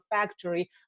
factory